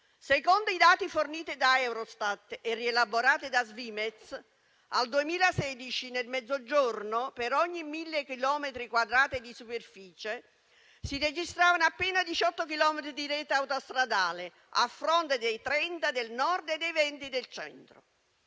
Secondo i dati forniti da Eurostat e rielaborati da Svimez, al 2016 nel Mezzogiorno per ogni 1.000 chilometri quadrati di superficie si registravano appena 18 chilometri di rete autostradale a fronte dei 30 del Nord e dei 20 del Centro.